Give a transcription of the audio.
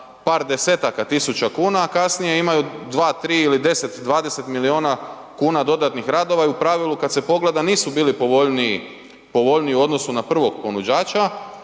par 10-taka tisuća kuna, a kasnije imaju 2, 3 ili 10, 20 miliona dodatnih radova i u pravilu kad se pogleda nisu bili povoljniji u odnosu na prvog ponuđača